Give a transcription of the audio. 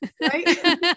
right